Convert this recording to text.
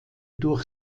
durch